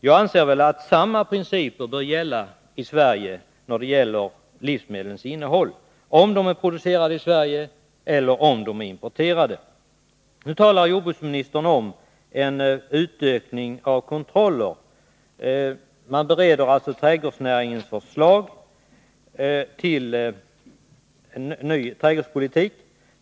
Jag anser att samma principer bör gälla beträffande livsmedlens innehåll vare sig de är producerade i Sverige eller importerade. Nu talar jordbruksministern om en utökning av kontrollen. Trädgårdsnäringens förslag till ny trädgårdspolitik bereds alltså f. n.